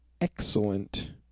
excellent